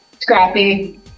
scrappy